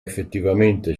effettivamente